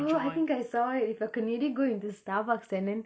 oh I think I saw that if a canadian go into starbucks and then